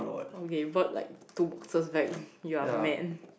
okay bought like two boxes back you're man